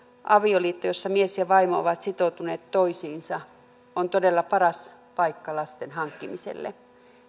avioliitto jossa mies ja vaimo ovat sitoutuneet toisiinsa on todella paras paikka lasten hankkimiselle